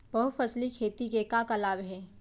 बहुफसली खेती के का का लाभ हे?